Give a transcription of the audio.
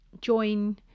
join